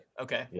Okay